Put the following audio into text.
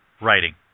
writing